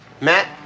Matt